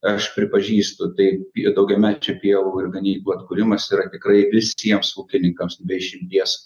aš pripažįstu tai pi daugiamečių pievų ir ganyklų atkūrimas yra tikrai visiems ūkininkams be išimties